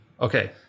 Okay